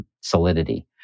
solidity